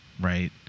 right